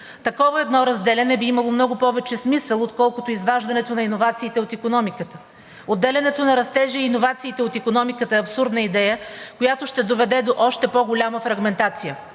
Такова едно разделяне би имало много повече смисъл, отколкото изваждането на иновациите от икономиката. Отделянето на растежа и иновациите от икономиката е абсурдна идея, която ще доведе до още по-голяма фрагментация.